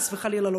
חס וחלילה,